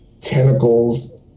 tentacles